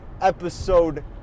episode